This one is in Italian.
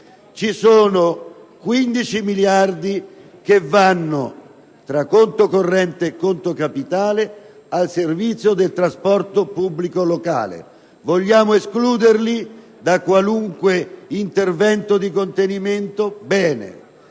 ci sono 15 miliardi che, tra conto corrente e conto capitale, vanno al servizio del trasporto pubblico locale. Vogliamo escluderli da qualunque intervento di contenimento? Bene.